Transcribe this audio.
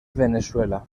veneçuela